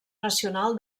nacional